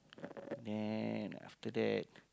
then after that